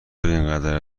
اینقدر